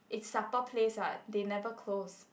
it's supper place ah they never close